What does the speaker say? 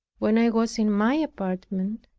when i was in my apartment,